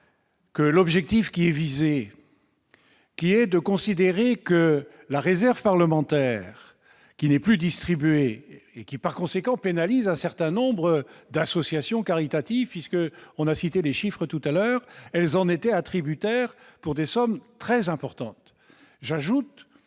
Que l'objectif qui est visé. Qui est de considérer que la réserve parlementaire qui n'est plus distribué et qui par conséquent pénalisent un certain nombre d'associations caritatives, puisque on a cité des chiffres tout à l'heure, elles en étaient attributaires pour des sommes très importantes, j'ajoute